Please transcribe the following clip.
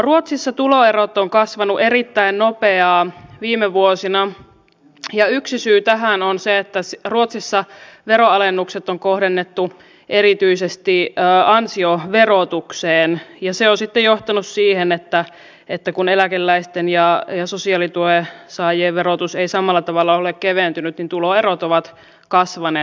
ruotsissa tuloerot ovat kasvaneet erittäin nopeasti viime vuosina ja yksi syy tähän on se että ruotsissa veronalennukset on kohdennettu erityisesti ansioverotukseen ja se on sitten johtanut siihen että kun eläkeläisten ja sosiaalituen saajien verotus ei samalla tavalla ole keventynyt niin tuloerot ovat kasvaneet